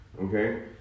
Okay